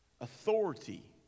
authority